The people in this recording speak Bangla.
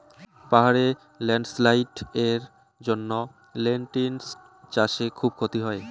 পাহাড়ে ল্যান্ডস্লাইডস্ এর জন্য লেনটিল্স চাষে খুব ক্ষতি হয়